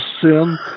sin